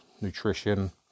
nutrition